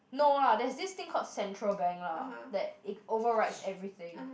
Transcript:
no lah there's this thing called Central Bank lah that it overrides everything